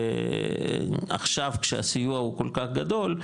ועכשיו כשהסיוע הוא כל כך גדול,